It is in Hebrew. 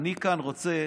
ואני כאן רוצה